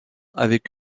avec